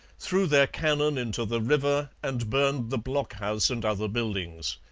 threw their cannon into the river and burned the blockhouse and other buildings.